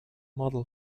model